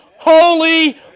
Holy